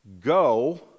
go